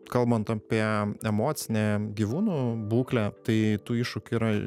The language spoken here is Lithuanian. kalbant apie emocinę gyvūnų būklę tai tų iššūkių yra